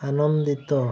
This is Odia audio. ଆନନ୍ଦିତ